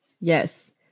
yes